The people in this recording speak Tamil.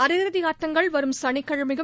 அரையிறுதிஆட்டங்கள் வரும் சனிக்கிழமையும்